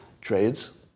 trades